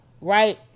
right